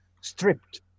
stripped